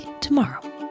tomorrow